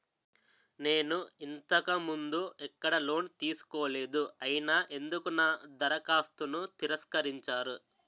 నేను ఇంతకు ముందు ఎక్కడ లోన్ తీసుకోలేదు అయినా ఎందుకు నా దరఖాస్తును తిరస్కరించారు?